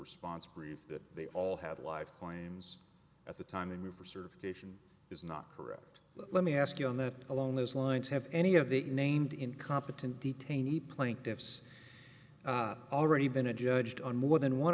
response brief that they all had a life claims at the time the move for certification is not correct let me ask you on that alone those lines have any of the named incompetent detainee plaintiff's already been adjudged on more than one